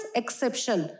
exception